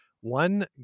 one